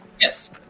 Yes